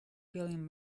feeling